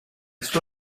suo